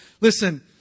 listen